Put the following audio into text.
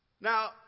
Now